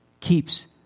keeps